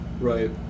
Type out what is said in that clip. Right